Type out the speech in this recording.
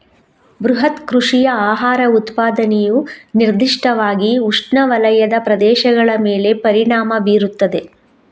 ಬೃಹತ್ ಕೃಷಿಯ ಆಹಾರ ಉತ್ಪಾದನೆಯು ನಿರ್ದಿಷ್ಟವಾಗಿ ಉಷ್ಣವಲಯದ ಪ್ರದೇಶಗಳ ಮೇಲೆ ಪರಿಣಾಮ ಬೀರುತ್ತದೆ